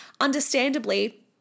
understandably